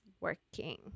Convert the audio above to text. working